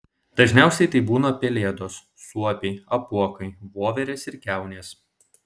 dažniausia tai būna pelėdos suopiai apuokai voverės ir kiaunės